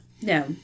No